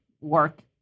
work